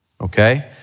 okay